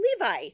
Levi